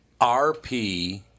RP